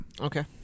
Okay